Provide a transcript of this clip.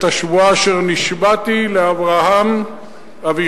והקימותי את השבועה אשר נשבעתי לאברהם אביך.